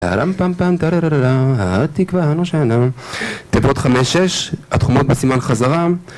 תיבות 5-6 התחומות בסימן חזרה